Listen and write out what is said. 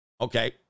Okay